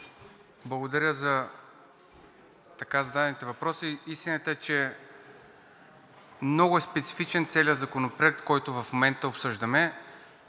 благодаря за така зададените въпроси. Истината е, че е много специфичен целият Законопроект, който в момента обсъждаме.